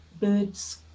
birds